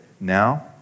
now